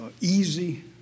easy